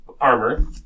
armor